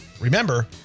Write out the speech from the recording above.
Remember